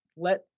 let